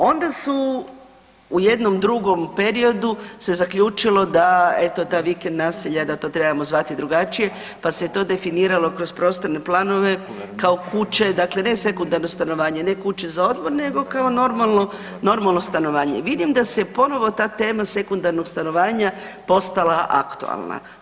Onda su u jednom drugom periodu se zaključilo da eto ta vikend naselja da to trebamo zvati drugačije, pa se je to definiralo kroz prostorne planove kao kuće, dakle ne sekundarno stanovanje, ne kuće za odmor, nego kao normalno, normalno stanovanje i vidim da se ponovo ta tema sekundarnog stanovanja postala aktualna.